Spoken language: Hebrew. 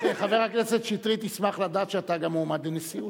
חבר הכנסת שטרית ישמח לדעת שאתה גם מועמד לנשיאות.